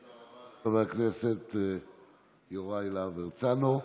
תודה רבה לחבר הכנסת יוראי להב הרצנו.